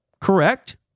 correct